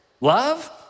Love